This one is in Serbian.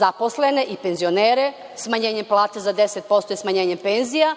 zaposlene i penzionere smanjenjem plata za 10% i smanjenjem penzija,